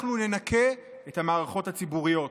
אנחנו ננקה את המערכות הציבוריות.